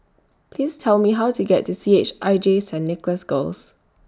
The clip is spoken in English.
Please Tell Me How to get to C H I J Saint Nicholas Girls